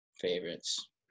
favorites